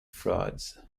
frauds